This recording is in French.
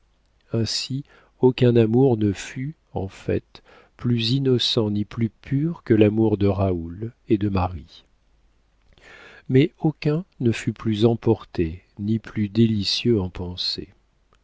ainsi aucun amour ne fut en fait plus innocent ni plus pur que l'amour de raoul et de marie mais aucun ne fut plus emporté ni plus délicieux en pensée